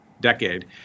decade